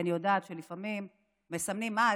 כי אני יודעת שלפעמים מסמנים: אה,